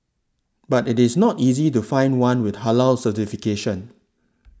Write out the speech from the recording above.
but it is not easy to find one with Halal certification